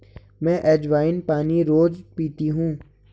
मैं अज्वाइन पानी रोज़ पीती हूँ